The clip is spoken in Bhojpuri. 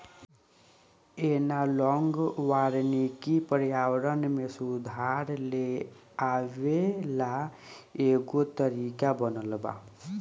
एनालॉग वानिकी पर्यावरण में सुधार लेआवे ला एगो तरीका बनल बा